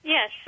Yes